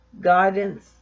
guidance